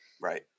right